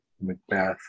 Macbeth